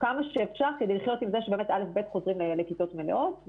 כמה שאפשר כדי לחיות עם זה שבאמת א'-ב' חוזרים לכיתות מלאות,